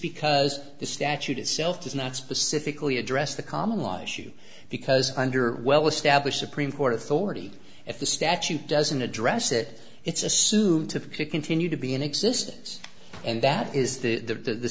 because the statute itself does not specifically address the common life issue because under well established supreme court authority if the statute doesn't address it it's assumed to pick continue to be in existence and that is the